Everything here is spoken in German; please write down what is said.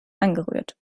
angerührt